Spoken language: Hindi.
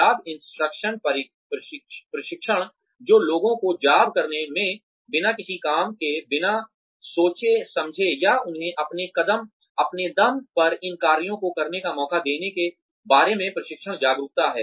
जॉब इंस्ट्रक्शन प्रशिक्षण जो लोगों को जॉब करने में बिना किसी काम के बिना सोचे समझे या उन्हें अपने दम पर इन कार्यों को करने का मौका देने के बारे में प्रशिक्षण जागरूकता है